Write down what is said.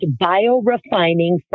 biorefining